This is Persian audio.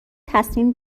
تصمیم